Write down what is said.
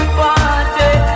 party